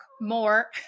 more